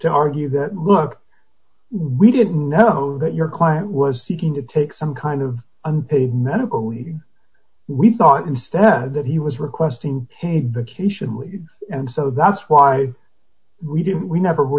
to argue that look we didn't know that your client was seeking to take some kind of unpaid medical even we thought instead that he was requesting paid vacation and so that's why we didn't we never were